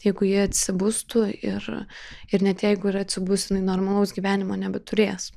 jeigu ji atsibustų ir ir net jeigu ir atsibus jinai normalaus gyvenimo nebeturės